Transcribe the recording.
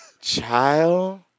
Child